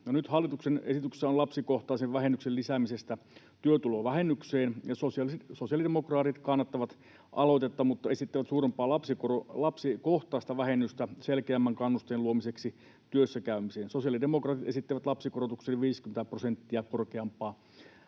nyt hallituksen esityksessä on lapsikohtaisen vähennyksen lisääminen työtulovähennykseen. Sosiaalidemokraatit kannattavat aloitetta mutta esittävät suurempaa lapsikohtaista vähennystä selkeämmän kannusteen luomiseksi työssä käymiseen. Sosiaalidemokraatit esittävät lapsikorotukseen 50 prosenttia korkeampaa